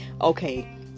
okay